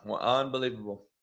Unbelievable